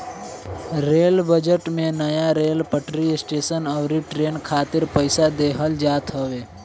rail budget में नया rail पटरी, स्टेशन अउरी ट्रेन खातिर पईसा देहल जात हवे